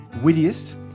wittiest